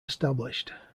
established